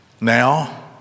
now